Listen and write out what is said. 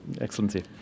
Excellency